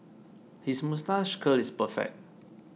his moustache curl is perfect